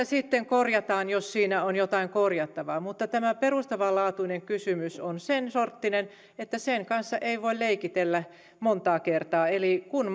sitten korjataan jos siinä on jotain korjattavaa mutta tämä perustavanlaatuinen kysymys on sen sorttinen että sen kanssa ei voi leikitellä montaa kertaa eli kun